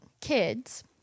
kids